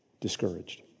Discouraged